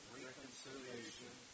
reconciliation